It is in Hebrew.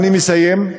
אני מסיים,